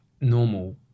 normal